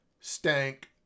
stank